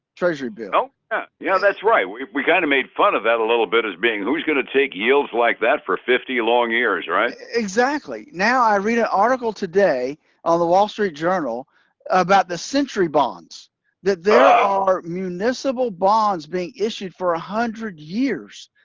treasury bill yeah you know. that's right! we kind of made fun of that a little bit as being who's gonna take yields like that for fifty long years? right? exactly. now, i read an article today on the wall street journal about the century bonds that there are municipal bonds being issued for a hundred years.